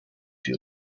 sie